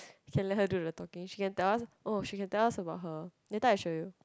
okay let her do the talking she can tell us oh she can tell us about her later I show you